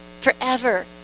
Forever